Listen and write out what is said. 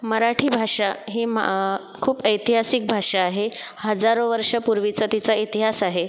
मराठी भाषा ही मा खूप ऐतिहासिक भाषा आहे हजारो वर्षापूर्वीचा तिचा इतिहास आहे